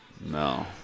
No